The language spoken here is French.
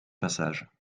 passage